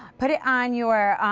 put it on your